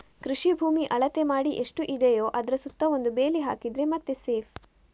ಕೃಷಿ ಭೂಮಿ ಅಳತೆ ಮಾಡಿ ಎಷ್ಟು ಇದೆಯೋ ಅದ್ರ ಸುತ್ತ ಒಂದು ಬೇಲಿ ಹಾಕಿದ್ರೆ ಮತ್ತೆ ಸೇಫ್